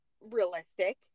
realistic